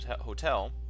hotel